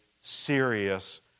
serious